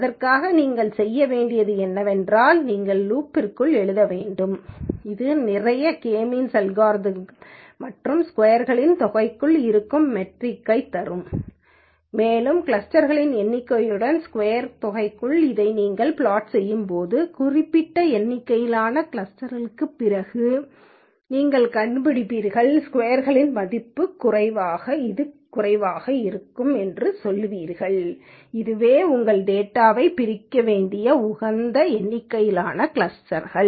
அதற்காக நீங்கள் செய்ய வேண்டியது என்னவென்றால் நீங்கள் லூப்பிற்கு எழுத வேண்டும் இது நிறைய கே மீன்ஸ்அல்காரிதம்கள் மற்றும் ஸ்கொயர்களின் தொகைக்குள் இருக்கும் மெட்ரிக்கைப் தரும் மேலும் கிளஸ்டர்க்களின் எண்ணிக்கையுடன் ஸ்கொயர்களின் தொகைக்குள் இதை நீங்கள் பிளாட் செய்யும் போது குறிப்பிட்ட எண்ணிக்கையிலான கிளஸ்டர்க்களுக்குப் பிறகு நீங்கள் கண்டுபிடிப்பீர்கள் ஸ்கொயர்களின் மதிப்புக்குள் இது குறைவாக இருக்கும் என்று நீங்கள் சொல்வீர்கள் அதுவே உங்கள் டேட்டாவைப் பிரிக்க வேண்டிய உகந்த எண்ணிக்கையிலான கிளஸ்டர்கள்